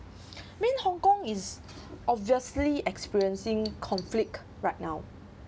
is obviously experiencing conflict right now